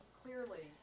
clearly